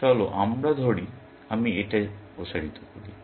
চল আমরা ধরি আমি এটি প্রসারিত করি